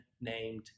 named